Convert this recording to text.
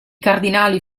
cardinali